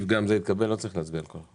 הצבעה אושר.